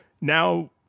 now